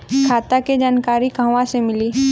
खाता के जानकारी कहवा से मिली?